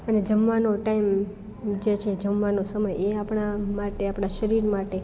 અને જમવાનો ટાઈમ જે છે જમવાનો સમય એ આપણા માટે આપણા શરીર માટે